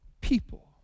people